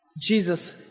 Jesus